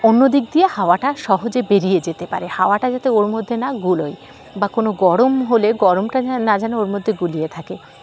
অন্য দিক দিয়ে হাওয়াটা সহজে বেরিয়ে যেতে পারে হাওয়াটা যাতে ওর মধ্যে না গুলোয় বা কোনো গরম হলে গরমটা না যেন ওর মধ্যে গুলিয়ে থাকে